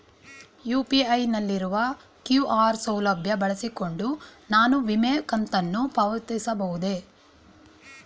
UPI ನಲ್ಲಿರುವ QR ಸೌಲಭ್ಯ ಬಳಸಿಕೊಂಡು ನಾನು ವಿಮೆ ಕಂತನ್ನು ಪಾವತಿಸಬಹುದೇ?